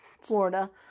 Florida